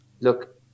look